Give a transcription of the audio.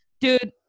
dude